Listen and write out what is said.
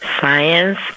Science